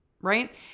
right